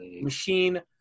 machine